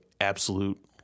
absolute